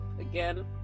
again